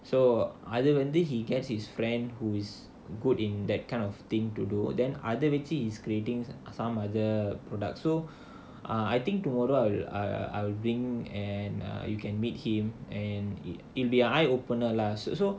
so அது வந்து:adhu vandhu he gets his friend who is good in that kind of thing to do then அத வச்சி:adha vachi he's creating some other product so uh I think tomorrow I'll I'll bring and err you can meet him and it'll be an eye opener lah so